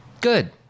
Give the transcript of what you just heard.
Good